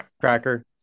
cracker